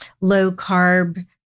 low-carb